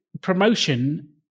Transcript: promotion